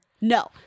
No